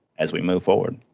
as we move forward.